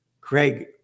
Craig